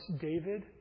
David